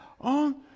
on